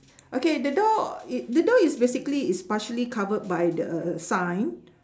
okay the door it the door is basically is partially covered by the uh sign